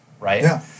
right